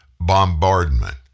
bombardment